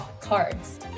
cards